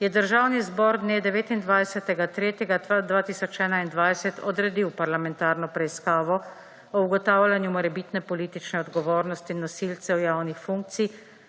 je Državni zbor dne 29. 3. 2021 odredil parlamentarno preiskavo o ugotavljanju morebitne politične odgovornosti nosilcev javnih funkcij